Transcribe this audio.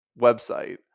website